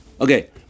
Okay